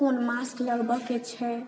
कोन मास्क लगबयके छै